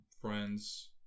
friends